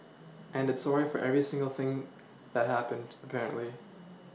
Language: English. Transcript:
and it's sorry for every single thing that happened apparently